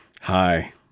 Hi